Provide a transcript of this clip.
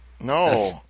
no